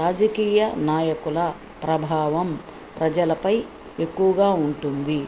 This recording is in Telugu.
రాజకీయ నాయకుల ప్రభావం ప్రజలపై ఎక్కువగా ఉంటుంది